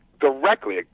directly